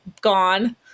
gone